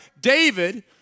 David